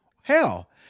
hell